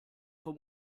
vom